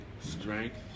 strength